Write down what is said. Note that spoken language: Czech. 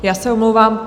Já se omlouvám.